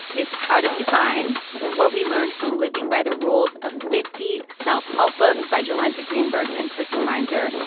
it's how to be fine what we learned from living by the rules of fifty self-help books by jolenta greenberg and kristen meinzer.